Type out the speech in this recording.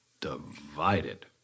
Divided